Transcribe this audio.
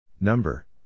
Number